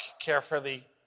carefully